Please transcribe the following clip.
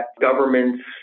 governments